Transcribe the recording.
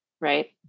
right